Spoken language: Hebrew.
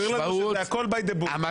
הוא הסביר לנו הכול by the book.